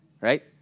right